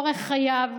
אורח חייו,